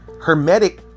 hermetic